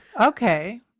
Okay